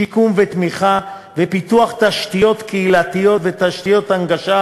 שיקום ותמיכה ולפיתוח תשתיות קהילתיות ותשתיות הנגשה,